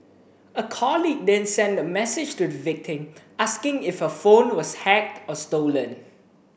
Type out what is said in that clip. a colleague then sent a message to the victim asking if her phone was hacked or stolen